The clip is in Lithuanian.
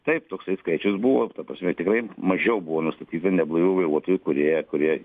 taip toksai skaičius buvo ta prasme tikrai mažiau buvo nustatyta neblaivių vairuotojų kurie kurie